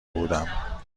بودم